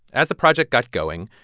as the project got going,